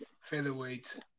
featherweight